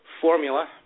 formula